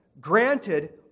granted